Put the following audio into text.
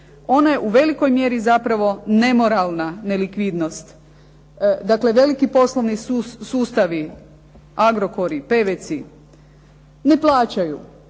Ona je u velikoj mjeri zapravo nemoralna nelikvidnost. Dakle, veliko poslovni sustavi Agrokori, Peveci ne plaćaju.